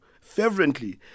fervently